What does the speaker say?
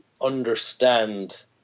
understand